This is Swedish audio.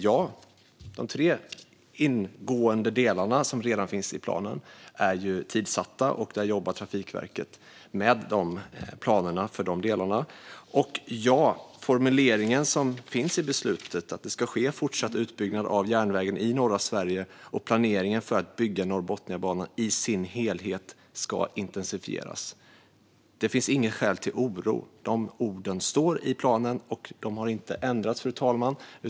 Ja, de tre ingående delar som redan finns i planen är tidssatta, och Trafikverket jobbar med planerna för dessa delar. Och ja, den formulering som finns i beslutet gäller - det ska ske en fortsatt utbyggnad av järnvägen i norra Sverige, och planeringen för att bygga Norrbotniabanan i sin helhet ska intensifieras. Det finns inget skäl till oro. Dessa ord står i planen och har inte ändrats, fru talman.